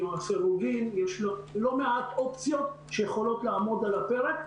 לסירוגין יש לא מעט אופציות שיכולות לעמוד על הפרק.